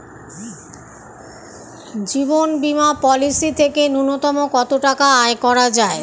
জীবন বীমা পলিসি থেকে ন্যূনতম কত টাকা আয় করা যায়?